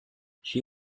she